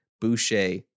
Boucher